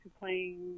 playing